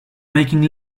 making